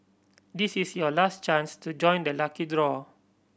this is your last chance to join the lucky draw